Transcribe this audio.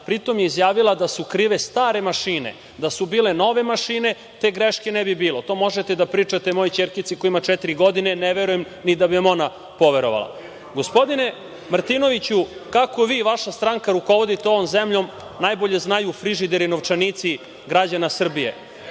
Pri tom je izjavila da su krive stare mašine, da su bile nove mašine te greške ne bi bilo. To možete da pričate mojoj ćerkici koja ima četiri godine, ne verujem ni da bi vam ona poverovala. Gospodine Martinoviću, kako vi i vaša stranka rukovodite ovom zemljom najbolje znaju frižideri i novčanici građana Srbije.